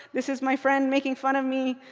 this is my friend making fun of me.